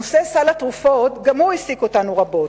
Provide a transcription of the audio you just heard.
נושא סל התרופות, גם הוא העסיק אותנו רבות.